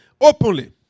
openly